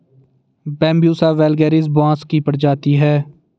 Bambusa vulgaris बाँस की प्रजाति है